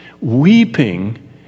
weeping